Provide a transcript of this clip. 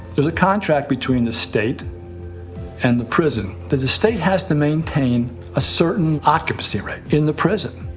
there's a contract between the state and the prison that the state has to maintain a certain occupancy rate in the prison.